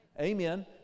Amen